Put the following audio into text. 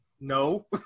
No